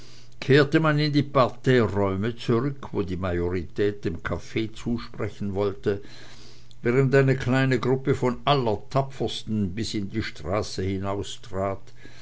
kehrte man in die parterreräume zurück wo die majorität dem kaffee zusprechen wollte während eine kleine gruppe von allertapfersten in die straße